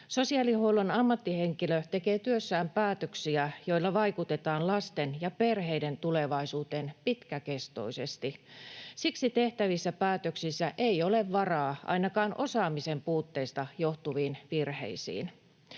Sosiaalihuollon ammattihenkilö tekee työssään päätöksiä, joilla vaikutetaan lasten ja perheiden tulevaisuuteen pitkäkestoisesti. Siksi tehtävissä päätöksissä ei ole varaa ainakaan osaamisen puutteista johtuviin virheisiin.